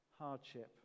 hardship